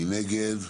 מי נגד.